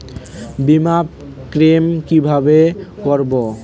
বিমা ক্লেম কিভাবে করব?